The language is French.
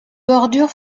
bordure